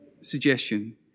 suggestion